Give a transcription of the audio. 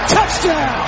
Touchdown